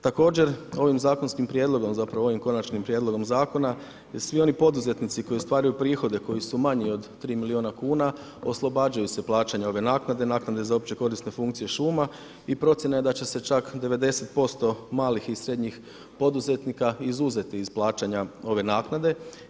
Također ovim zakonskim prijedlogom, zapravo ovim konačnim prijedlogom zakona i svi oni poduzetnici koji ostvaraju prihode koji su manji od 3 milijuna kuna oslobađaju se plaćanja ove naknade, naknade za opće korisne funkcije šuma i procjena je da će se čak 90% malih i srednjih poduzetnika izuzeti iz plaćanja ove naknade.